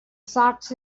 socks